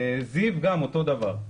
בזיו גם כן אותו דבר.